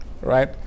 right